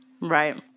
right